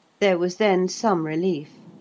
there was then some relief,